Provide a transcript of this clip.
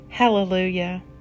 Hallelujah